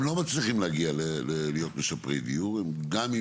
הם לא מצליחים להגיע להיות משפרי דיור גם אם